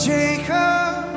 Jacob